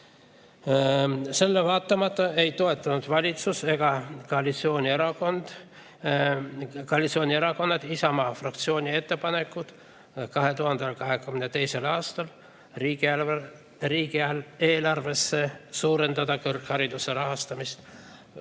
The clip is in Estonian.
Sellele vaatamata ei toetanud valitsus ega koalitsioonierakonnad Isamaa fraktsiooni ettepanekut 2022. aastal riigieelarves suurendada kõrghariduse rahastamist